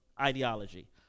ideology